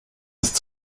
ist